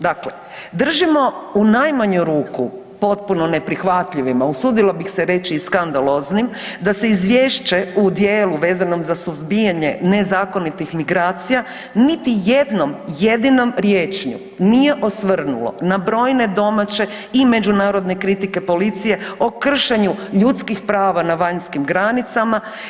Dakle, držimo u najmanju ruku potpuno neprihvatljivima usudila bi se reći i skandaloznim da se izvješće u dijelu vezanom za suzbijanje nezakonitih migracija niti jednom jedinom riječju nije osvrnulo na brojne domaće i međunarodne kritike policije o kršenju ljudskih prava na vanjskim granicama.